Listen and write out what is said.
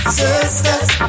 sisters